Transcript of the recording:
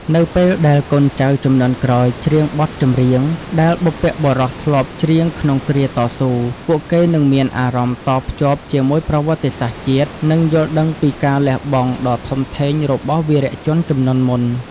នៅពេលដែលកូនចៅជំនាន់ក្រោយច្រៀងបទចម្រៀងដែលបុព្វបុរសធ្លាប់ច្រៀងក្នុងគ្រាតស៊ូ ពួកគេនឹងមានអារម្មណ៍តភ្ជាប់ជាមួយប្រវត្តិសាស្ត្រជាតិ និងយល់ដឹងពីការលះបង់ដ៏ធំធេងរបស់វីរជនជំនាន់មុន។